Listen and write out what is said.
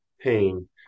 pain